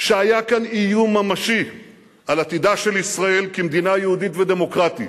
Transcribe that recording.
שהיה כאן איום ממשי על עתידה של ישראל כמדינה יהודית ודמוקרטית,